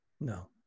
No